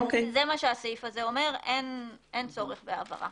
אין צורך בהבהרה.